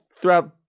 throughout